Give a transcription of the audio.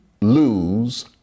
lose